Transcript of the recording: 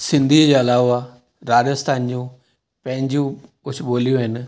सिंधी जे अलावा राजस्थान जूं पंहिंजियूं कुझु ॿोलियूं आहिनि